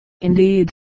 Indeed